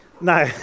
No